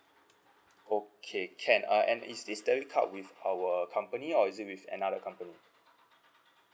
okay can uh and is this debit card with our company or is it with another company